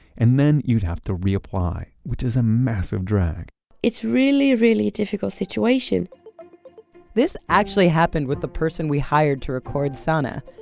and then you'd have to reapply, which is a massive drag it's really a really difficult situation this actually happened with the person we hired to record sanna.